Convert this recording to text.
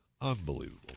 Unbelievable